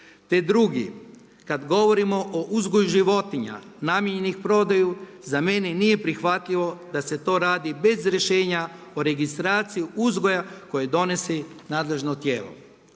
Te drugi, kada govorimo o uzgoju životinja namijenjenim prodaji za mene nije prihvatljivo da se to radi bez rješenja o registraciji uzgoja koje donese nadležno tijelo.